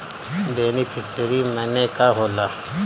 Beneficiary मने का होला?